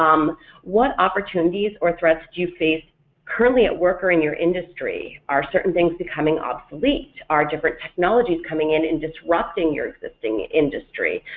um what opportunities or threats do you face currently at work or in your industry? are certain things becoming obsolete? are different technologies coming in and disrupting your existing industry?